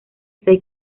seis